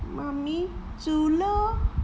mommy 煮咯